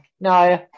No